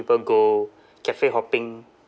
people go cafe hopping